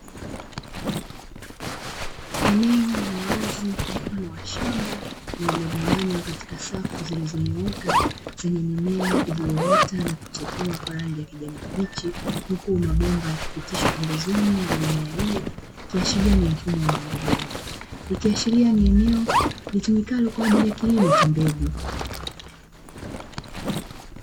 Eneo la wazi mfano wa shamba lililogawanywa katika safu zilizonyooka, zenye mimea iliyoota na kuchipua kwa rangi ya kijani kibichi, huku mabomba yakipitishwa pembezoni mwa mimea hiyo, ikiashiria ni mfumo wa umwagiliaji, ikiashiria ni eneo litumikalo kwa ajili ya kilimo cha mbegu.